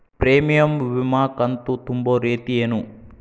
Premium ವಿಮಾ ಕಂತು ತುಂಬೋ ರೇತಿ ಏನು?